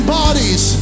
bodies